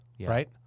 right